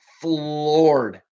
floored